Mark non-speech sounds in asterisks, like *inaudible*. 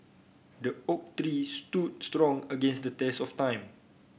the oak *unintelligible* stood strong against the test of time